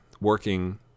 working